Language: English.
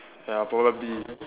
ya probably